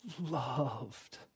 loved